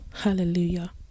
hallelujah